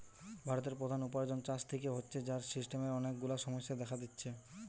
ভারতের প্রধান উপার্জন চাষ থিকে হচ্ছে, যার সিস্টেমের অনেক গুলা সমস্যা দেখা দিচ্ছে